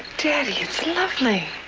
daddy. it's lovely.